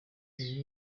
iri